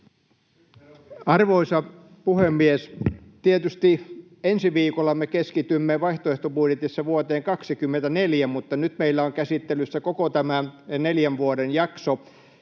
Arvoisa puhemies! Tietysti ensi viikolla me keskitymme vaihtoehtobudjetissa vuoteen 24, mutta nyt meillä on käsittelyssä koko tämä neljän vuoden jakso.